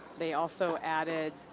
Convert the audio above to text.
they also added